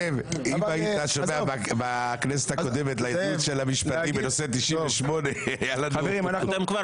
98. בכנסת הקודמת בנושא 98. אתם כבר